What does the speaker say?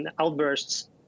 outbursts